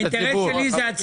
האינטרס שלי זה הציבור.